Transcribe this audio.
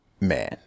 man